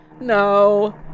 No